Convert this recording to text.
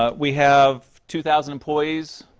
ah we have two thousand employees